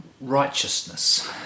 righteousness